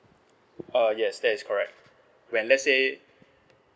uh yes that is correct when let's say